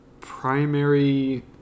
primary